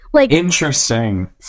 Interesting